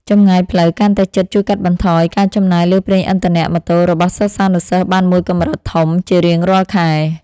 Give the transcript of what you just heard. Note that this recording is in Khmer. ចម្ងាយផ្លូវកាន់តែជិតជួយកាត់បន្ថយការចំណាយលើប្រេងឥន្ធនៈម៉ូតូរបស់សិស្សានុសិស្សបានមួយកម្រិតធំជារៀងរាល់ខែ។